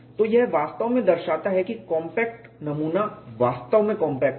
तो यह वास्तव में दर्शाता है कि कॉम्पैक्ट नमूना वास्तव में कॉम्पैक्ट है